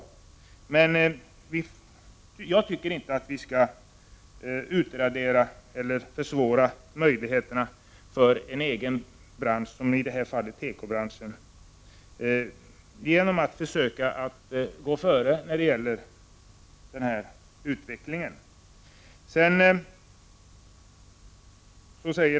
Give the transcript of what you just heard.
Jag tycker inte att vi skall utradera eller försvåra möjligheterna för en bransch, i detta fall tekobranschen, genom att försöka gå före i denna utveckling.